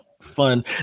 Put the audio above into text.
Fun